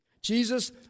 Jesus